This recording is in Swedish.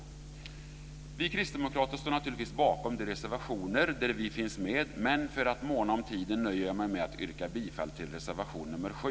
Vi kristdemokrater står naturligtvis bakom de reservationer där vi finns med, men för att måna om tiden nöjer jag mig med att yrka bifall till reservation nr 7.